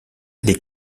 les